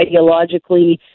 ideologically